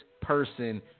person